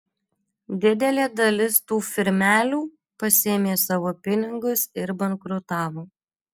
didelė dalis tų firmelių pasiėmė savo pinigus ir bankrutavo